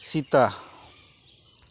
ᱥᱮᱛᱟ